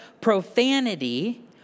profanity